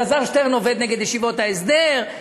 אלעזר שטרן עובד נגד ישיבות ההסדר.